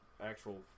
actual